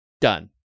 Done